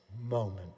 moment